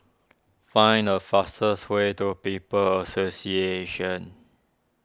find the fastest way to People's Association